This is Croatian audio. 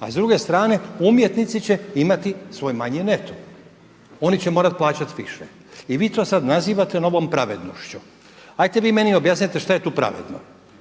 a s druge strane umjetnici će imati svoj manji neto. Oni će morati plaćati više. I vi to sad nazivate novom pravednošću. Hajte vi meni objasnite što je tu pravedno?